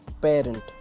parent